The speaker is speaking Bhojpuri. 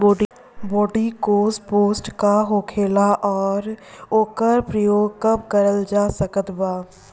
बोरडिओक्स पेस्ट का होखेला और ओकर प्रयोग कब करल जा सकत बा?